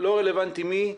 לא רלוונטי מי,